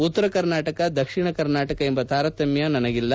ಉತ್ತರ ಕರ್ನಾಟಕ ದಕ್ಷಿಣ ಕರ್ನಾಟಕ ಎಂಬ ತಾರತಮ್ಮ ನನಗಿಲ್ಲ